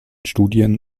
studien